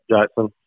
Jackson